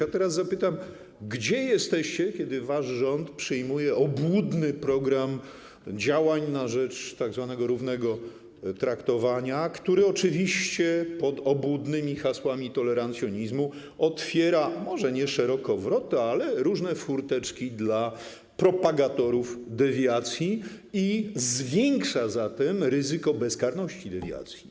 A teraz zapytam, gdzie jesteście, kiedy wasz rząd przyjmuje obłudny program działań na rzecz tzw. równego traktowania, który oczywiście pod obłudnymi hasłami tolerancjonizmu otwiera, może nie szeroko wrota, ale różne furteczki dla propagatorów dewiacji i zwiększa zatem ryzyko bezkarności dewiacji.